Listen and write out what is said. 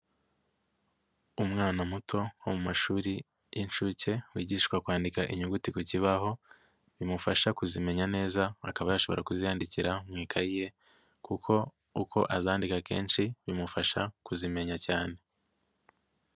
Umwana muto wo mu mashuri y'inshuke wigishwa kwandika inyuguti ku kibaho, bimufasha kuzimenya neza akaba yashobora kuziyandikira mu ikayi ye kuko uko azandika kenshi bimufasha kuzimenya cyane.